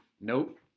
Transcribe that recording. nope